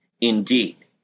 indeed